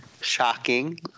Shocking